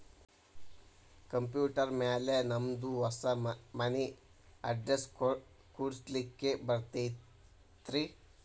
Computer ಮ್ಯಾಲೆ ನಮ್ದು ಹೊಸಾ ಮನಿ ಅಡ್ರೆಸ್ ಕುಡ್ಸ್ಲಿಕ್ಕೆ ಬರತೈತ್ರಿ?